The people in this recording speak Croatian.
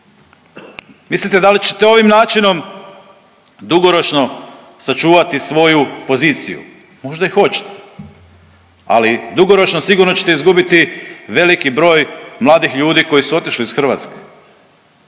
Mislite, da li ćete ovim načinom dugoročno sačuvati svoju poziciju? Možda i hoćete. Ali, dugoročno, sigurno ćete izgubiti velik broj mladih ljudi koji su otišli iz Hrvatske.